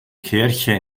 kirche